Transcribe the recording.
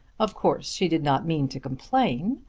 of course she did not mean to complain,